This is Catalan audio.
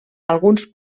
alguns